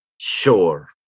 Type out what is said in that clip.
sure